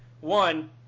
One